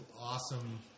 awesome